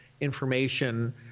information